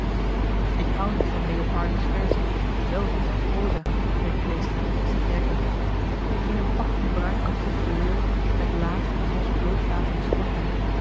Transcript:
ik houd niet van leopardi's verzen wel van zijn proza zei kleestra zich rekkend in zijn pak van bruin katoenfluweel met laag den hals bloot latend sporthemd